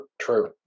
true